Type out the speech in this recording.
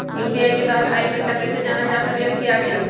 UPI के तहत आइल पैसा कईसे जानल जा सकहु की आ गेल?